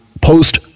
post